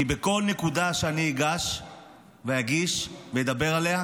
כי בכל נקודה שאני אגש ואגיש ואדבר עליה,